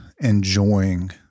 enjoying